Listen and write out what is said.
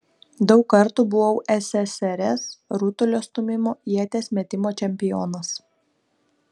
daug kartų buvau ssrs rutulio stūmimo ieties metimo čempionas